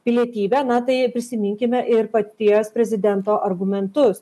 pilietybę na tai prisiminkime ir paties prezidento argumentus